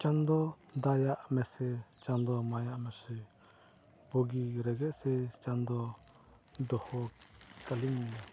ᱪᱟᱸᱫᱚ ᱫᱟᱭᱟᱜ ᱢᱮᱥᱮ ᱪᱟᱸᱫᱚ ᱢᱟᱭᱟᱜ ᱢᱮᱥᱮ ᱵᱩᱜᱤ ᱨᱮᱜᱮ ᱥᱮ ᱪᱟᱸᱫᱚ ᱫᱚᱦᱚ ᱠᱟᱹᱞᱤᱧ ᱢᱮ